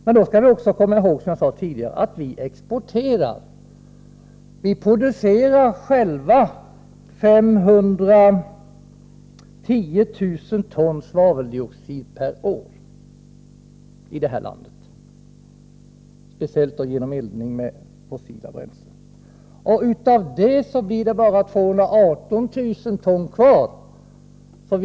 Men då skall vi, som jag sade tidigare, komma ihåg att vi själva producerar 510 000 ton svaveldioxid per år i det här landet, speciellt genom eldning med fossila bränslen. Av det blir det bara 218 000 ton kvar här i landet.